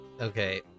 Okay